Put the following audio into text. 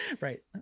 Right